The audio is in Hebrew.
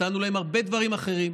נתנו להם הרבה דברים אחרים.